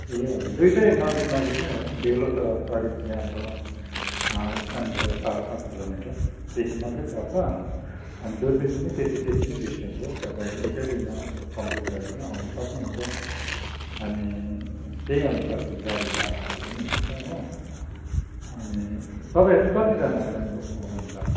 ए हजुर दुइटै नजिक नजिक नै हो डेलो त करीब यहाँबाट स्ट्यान्डबाट चार पाँच किलोमिटर त्यति मात्रै पर्छ अनि दुर्पिन पनि त्यति त्यति नै डिस्ट्यान्स हो तपाईँ एकै दिनमा कम्प्लिट गरेर पनि आउनु सक्नुहुन्छ अनि त्यही अनुसारको गाडी भाडाहरू पनि हुन्छ हो अनि तपाईँहरू चाहिँ कतिजना मेम्बर हुनुहुन्छ